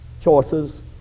choices